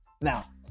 Now